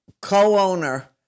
co-owner